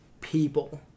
people